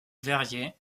verrier